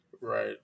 right